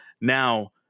Now